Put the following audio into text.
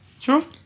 True